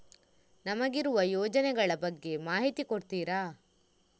ನಮಗಿರುವ ಯೋಜನೆಗಳ ಬಗ್ಗೆ ಮಾಹಿತಿ ಕೊಡ್ತೀರಾ?